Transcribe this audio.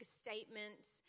statements